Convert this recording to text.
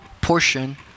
portion